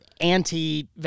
anti